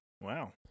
wow